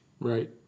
right